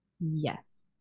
Yes